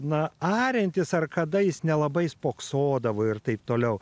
na ariantis ar kada jis nelabai spoksodavo ir taip toliau